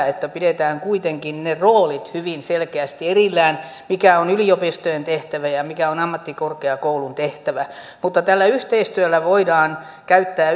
että pidetään kuitenkin ne roolit hyvin selkeästi erillään mikä on yliopistojen tehtävä ja ja mikä on ammattikorkeakoulun tehtävä mutta tällä yhteistyöllä voidaan käyttää